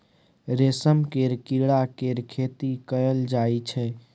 रेशम केर कीड़ा केर खेती कएल जाई छै